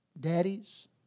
Daddies